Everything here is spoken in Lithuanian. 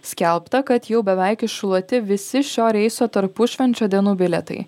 skelbta kad jau beveik iššluoti visi šio reiso tarpušvenčio dienų bilietai